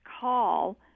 call